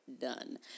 done